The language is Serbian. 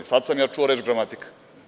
Sada sam čuo reč – gramatika.